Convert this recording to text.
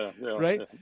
right